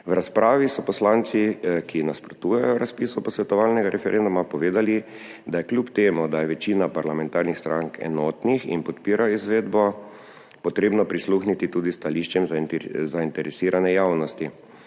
V razpravi so poslanci, ki nasprotujejo razpisu posvetovalnega referenduma, povedali, da je kljub temu, da je večina parlamentarnih strank enotnih in podpira izvedbo, treba prisluhniti tudi stališčem zainteresirane javnosti.